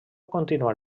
continuar